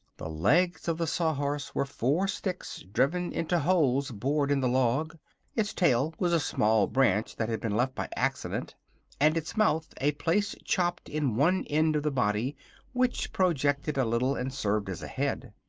the legs of the sawhorse were four sticks driven into holes bored in the log its tail was a small branch that had been left by accident and its mouth a place chopped in one end of the body which projected a little and served as a head.